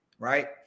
Right